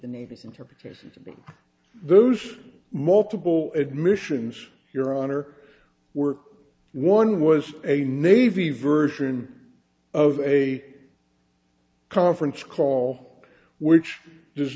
of those multiple admissions your honor were one was a navy version of a conference call which does